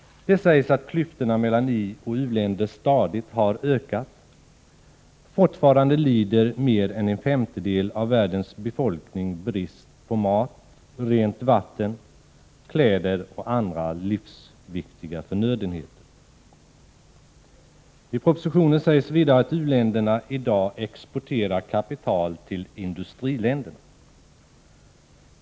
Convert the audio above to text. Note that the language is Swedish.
Det sägs att klyftorna mellan ioch u-länder stadigt har ökat. Fortfarande lider mer än en femtedel av världens befolkning brist på mat, rent vatten, kläder och andra livsviktiga förnödenheter. I propositionen sägs vidare att u-länderna i dag exporterar kapital till industriländerna.